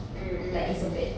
mm mm mm